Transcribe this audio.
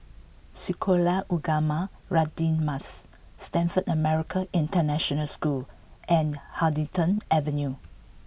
Sekolah Ugama Radin Mas Stamford American International School and Huddington Avenue